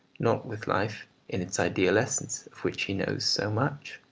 not with life in its ideal essence, of which he knows so much.